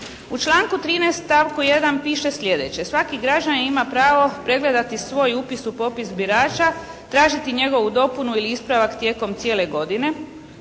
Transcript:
U članku 13. stavku 1. piše sljedeće. Svaki građanin ima pravo pregledati svoj upis u popis birača, tražiti njegovu dopunu ili ispravak tijekom cijele godine